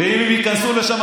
ואם הם ייכנסו לשם,